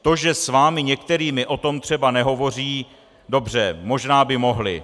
To, že s vámi některými o tom třeba nehovoří, dobře, možná by mohli.